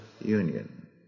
union